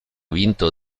vinto